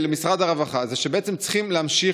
למשרד הרווחה היא שבעצם צריכים להמשיך